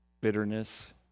bitterness